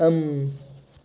اَن